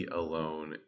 alone